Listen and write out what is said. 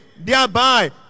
thereby